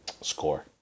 score